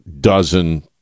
dozen